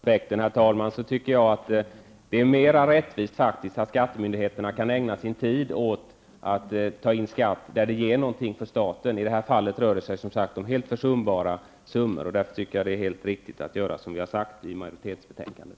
Herr talman! När det gäller rättviseaspekten tycker jag att det är mera rättvist att skattemyndigheterna kan ägna sin tid åt att ta in skatt där det ger något för staten. I det här fallet rör det sig om helt försumbara summor. Jag tycker därför att det är riktigt att göra såsom majoriteten har sagt i betänkandet.